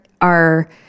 are-